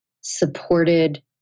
supported